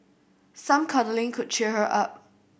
some cuddling could cheer her up